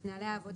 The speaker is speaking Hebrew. את נהלי העבודה,